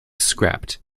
scrapped